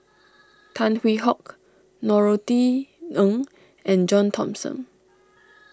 Tan Hwee Hock Norothy Ng and John Thomson